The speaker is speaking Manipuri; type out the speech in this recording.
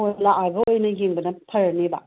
ꯑꯥ ꯂꯥꯛꯑꯒ ꯑꯣꯏꯅ ꯌꯦꯡꯕꯅ ꯐꯔꯅꯦꯕ